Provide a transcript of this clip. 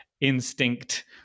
instinct